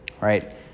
Right